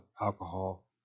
alcohol